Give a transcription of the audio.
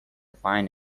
find